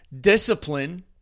discipline